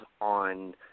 on